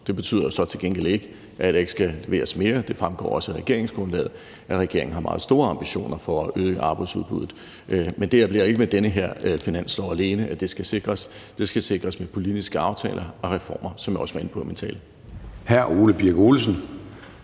betyder så til gengæld ikke, at der ikke skal leveres mere. Det fremgår også af regeringsgrundlaget, at regeringen har meget store ambitioner for at øge arbejdsudbuddet. Det bliver ikke ved det her forslag til finanslov alene, at det skal sikres; det skal sikres med politiske aftaler og reformer, hvilket jeg også var inde på i min tale.